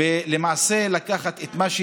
ההסתייגות (58) של קבוצת סיעת יש